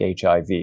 HIV